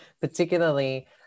particularly